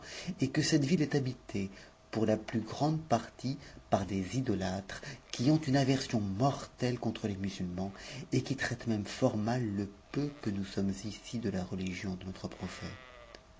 et que cette ville est habitée pour f grande partie par des idolâtres qui ont une aversion mortelle ce les musulmans et qui traitent même fort mal le peu que nous son ici de la religion de notre prophète